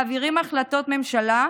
מעבירים החלטות ממשלה,